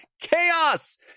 chaos